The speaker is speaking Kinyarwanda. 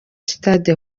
stade